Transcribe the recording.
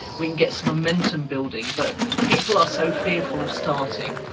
we can get some momentum building. but people ah so fearful of starting.